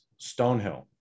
Stonehill